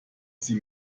sie